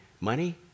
money